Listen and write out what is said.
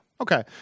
Okay